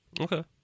Okay